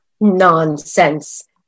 Nonsense